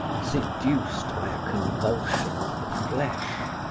seduced by a convulsion of the flesh?